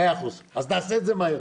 מאה אחוז, אז נעשה את זה מהר.